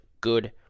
good